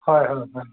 হয় হয় হয়